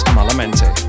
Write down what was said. Malamente